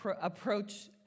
approach